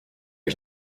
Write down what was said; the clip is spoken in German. ich